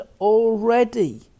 already